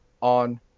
On